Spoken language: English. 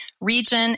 region